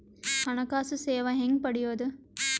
ಹಣಕಾಸು ಸೇವಾ ಹೆಂಗ ಪಡಿಯೊದ?